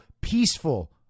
peaceful